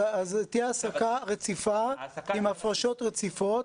תהיה העסקה רציפה עם הפרשות רציפות,